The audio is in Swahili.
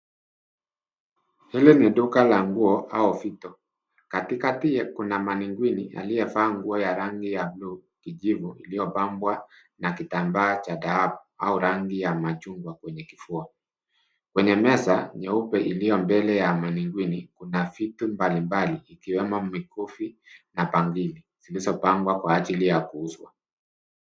Hili ni duka la nguo au fito, katikati kuna manekwini yaliyovaa nguo ya rangi ya bluu kijivu iliyopambwa na kitambaa cha dhahabu au rangi ya machungwa kwenye kifua. Kwenye meza nyeupe iliyo mbele ya manekwini kuna vitu mbalimbali ikiwemo mikufu na bangili zilizopangwa kwa ajili ya kuuzwa.